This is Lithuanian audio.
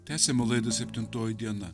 tęsiame laidą septintoji diena